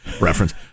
reference